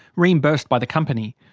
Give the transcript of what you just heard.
reimbursed by the company.